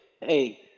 Hey